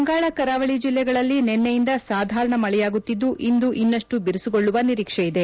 ಬಂಗಾಳ ಕರಾವಳಿ ಜಿಲ್ಲೆಗಳಲ್ಲಿ ನಿನ್ನೆಯಿಂದ ಸಾಧಾರಣ ಮಳೆಯಾಗುತ್ತಿದ್ದು ಇಂದು ಇನ್ನಷ್ಟು ಬಿರಿಸುಗೊಳ್ಳುವ ನಿರೀಕ್ಷೆ ಇದೆ